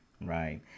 right